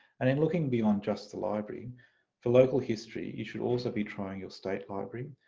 and in looking beyond just the library for local history you should also be trying your state library,